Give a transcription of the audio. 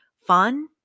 fun